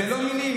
זה לא מילים,